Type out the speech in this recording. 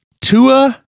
Tua